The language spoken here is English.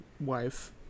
wife